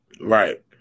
Right